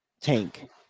tank